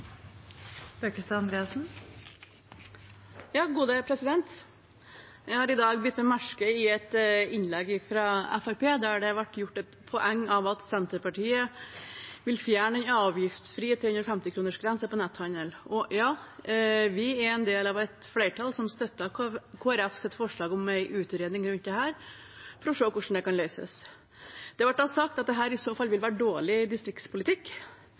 på netthandel. Ja, vi er en del av et flertall som støtter Kristelig Folkepartis forslag om en utredning rundt dette, for å se hvordan det kan løses. Det ble da sagt at dette i så fall vil være dårlig distriktspolitikk,